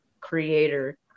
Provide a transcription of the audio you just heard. creator